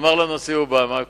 אמר לנשיא אובמה.